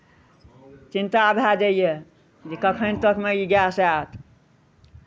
चिन्ता भए जाइए जे कखन तकमे ई गैस आयत